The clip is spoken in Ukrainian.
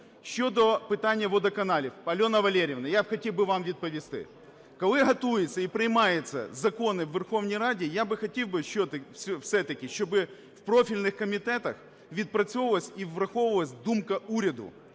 Щодо питання водоканалів. Альона Валеріївна, я хотів би вам відповісти. Коли готуються і приймаються закони у Верховній Раді, я би хотів все-таки, щоби у профільних комітетах відпрацьовувалася і враховувалася думка уряду